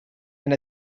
and